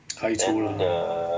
开除 lah